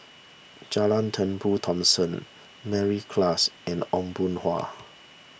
John Turnbull Thomson Mary Klass and Aw Boon Haw